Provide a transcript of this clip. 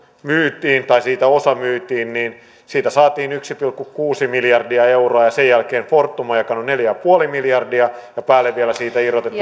myytiin osa niin siitä saatiin yksi pilkku kuusi miljardia euroa ja sen jälkeen fortum on jakanut neljä pilkku viisi miljardia ja päälle vielä siitä irrotettu